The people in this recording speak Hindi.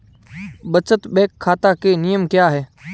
बचत बैंक खाता के नियम क्या हैं?